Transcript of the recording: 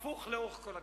הפוך לאורך כל הדרך.